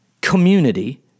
community